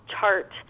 chart